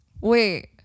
wait